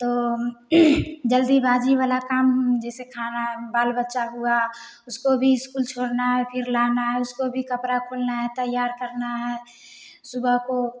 तो जल्दी बाजी वाला काम जैसे खाना बाल बच्चा हुआ उसको भी इस्कूल छोड़ना फिर लाना उसको भी कपड़ा है तैयार करना है सुबह को